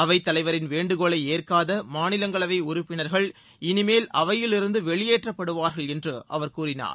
அவைத் தலைவரின் வேண்டுகோளை ஏற்காத மாநிலங்களவை உறுப்பினர்கள் இனிமேல் அவையிலிருந்து வெளியேற்றப்படுவார்கள் என்று அவர் கூறினார்